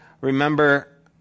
remember